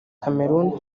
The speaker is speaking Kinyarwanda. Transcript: cameroun